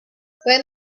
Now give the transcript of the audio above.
when